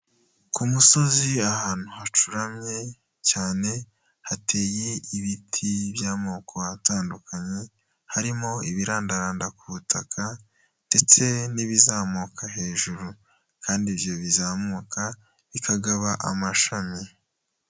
Ku musozi ahantu hacuramye cyane, hateye ibiti by'amoko atandukanye, harimo ibirandaranda ku butaka ndetse n'ibizamuka hejuru kandi ibyo bizamuka bikagaba amashami.